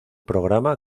programa